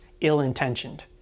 ill-intentioned